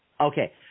Okay